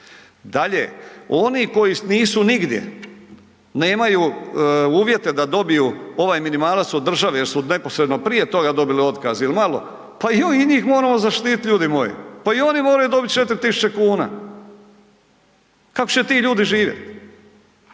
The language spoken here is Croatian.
Dalje, oni koji nisu nigdje, nemaju uvjete da dobiju ovaj minimalac od države jer su neposredno prije toga dobili otkaz jel malo, pa i njih moramo zaštitit ljudi moji, pa i oni moraju dobit 4.000,00 kn. Kako će ti ljudi živjet?